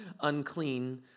unclean